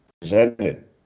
presented